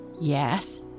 yes